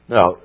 Now